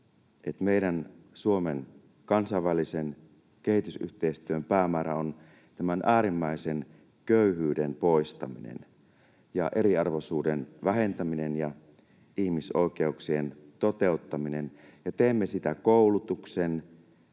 Suomen kansainvälisen kehitysyhteistyön päämäärä on äärimmäisen köyhyyden poistaminen ja eriarvoisuuden vähentäminen ja ihmisoikeuksien toteuttaminen, ja teemme sitä koulutuksen